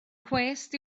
cwest